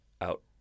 out